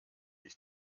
ich